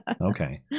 Okay